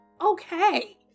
Okay